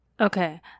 Okay